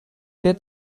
der